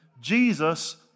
Jesus